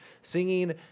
singing